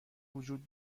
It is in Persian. وجود